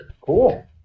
Cool